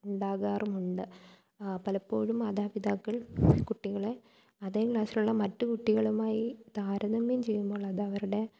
ഉണ്ടാകാറുമുണ്ട് പലപ്പോഴും മാതാപിതാക്കൾ കുട്ടികളെ അതെ ക്ലാസ്സിലുള്ള മറ്റ് കുട്ടികളുമായി താരതമ്യം ചെയ്യുമ്പോൾ അതവരുടെ